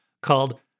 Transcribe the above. called